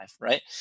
right